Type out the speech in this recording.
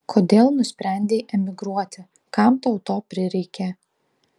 kodėl nusprendei emigruoti kam tau to prireikė